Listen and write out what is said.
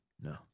No